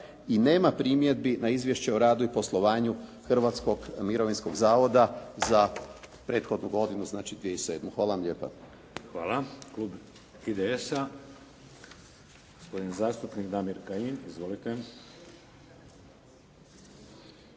i nema primjedbi na izvješće o radu i poslovanju Hrvatskog mirovinskog zavoda za prethodnu godinu, znači 2007. Hvala vam lijepa. **Šeks, Vladimir (HDZ)** Hvala. Klub IDS-a, gospodin zastupnik Damir Kajin. Izvolite.